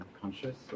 conscious